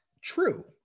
true